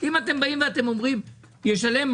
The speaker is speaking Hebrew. בשעות אחר הצוהריים בגלל שיש גודש הפוך.